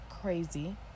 crazy